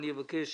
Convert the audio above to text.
אבקש